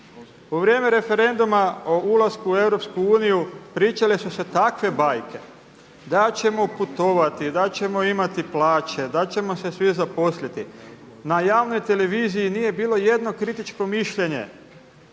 U vrijeme referenduma o ulasku u EU pričale su se takve bajke da ćemo putovati, da ćemo imati plaće, da ćemo se svi zaposliti, na javnoj televiziji nije bilo jedno kritičko mišljenje